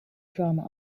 drama